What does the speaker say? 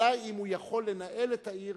השאלה אם הוא יכול לנהל את העיר